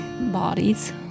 bodies